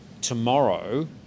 tomorrow